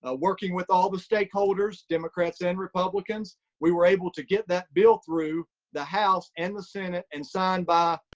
ah working with all the stakeholders, democrats and republicans, we were able to get that bill through the house and the senate and signed by,